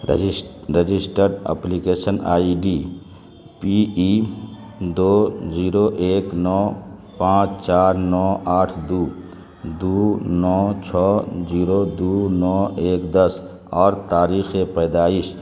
رجس register application ID P E دو zero ایک نو پانچ چار نو آٹھ دو دو نو چھو جیرو دو نو ایک دس اور تاریخ پیدائش